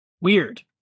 weird